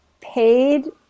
paid